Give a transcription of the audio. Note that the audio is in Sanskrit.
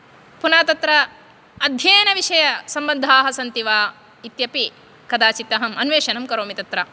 पुनः तत्र अध्ययनविषयसम्बन्धाः सन्ति वा इत्यपि कदाचित् अहम् अन्वेषणं करोमि तत्र